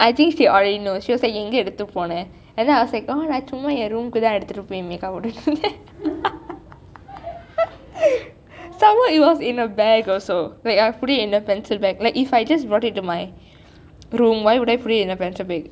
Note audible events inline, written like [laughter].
I think she already knows she will say எங்கே எடுத்து போனேள்:enkei eduthu ponel and then I will say நான் சும்மா என்:naan summa en room க்கு தான் எடுத்து போய்:ku thaan eduthu poi makeup போட்டிருந்தேன்:pothirunthaen [laughs] somemore it was in a bag also I will put in a pencil bag if I just brought it to my room why would I put in a pencil bag